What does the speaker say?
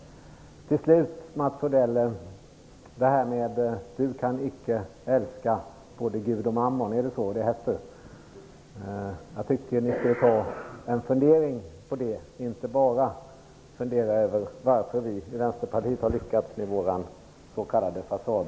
Till slut, Mats Odell: Du kan icke älska både Gud och Mammon - är det så det heter? Jag tycker att ni skulle fundera litet på det och inte bara fundera över varför vi i Vänsterpartiet har lyckats med vår s.k.